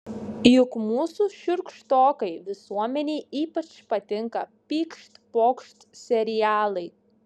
juk mūsų šiurkštokai visuomenei ypač patinka pykšt pokšt serialai